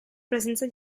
presenza